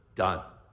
done.